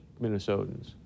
Minnesotans